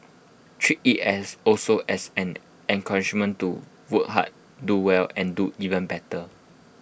treat IT as also as an encouragement to work hard do well and do even better